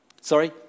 Sorry